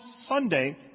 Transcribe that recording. Sunday